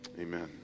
Amen